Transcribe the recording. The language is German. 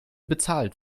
bezahlt